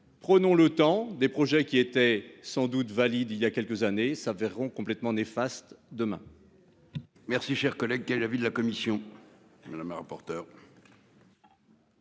Prenons le temps des projets qui était sans doute valide. Il y a quelques années s'avéreront complètement néfaste demain. Merci cher collègue. Qui est l'avis de la commission, madame la. Alors